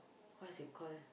what's it call